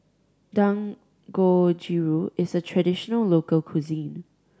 dangojiru is a traditional local cuisine